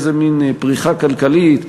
איזה מין פריחה כלכלית,